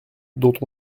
dont